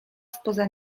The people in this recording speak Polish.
spoza